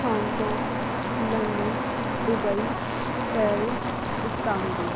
Hong Kong London Dubai Paris Istanbul